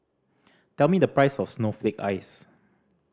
tell me the price of snowflake ice